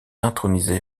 intronisé